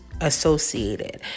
associated